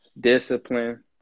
Discipline